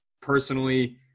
personally